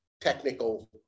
technical